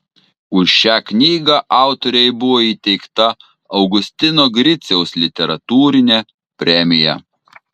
už šią knygą autorei buvo įteikta augustino griciaus literatūrinė premija